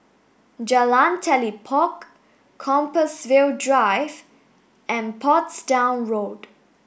Jalan Telipok Compassvale Drive and Portsdown Road